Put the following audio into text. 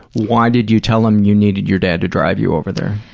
why did you tell him you needed your dad to drive you over there?